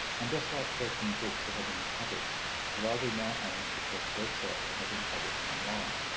and just like collecting books that have been published the library now aims to collect websites that have been published online,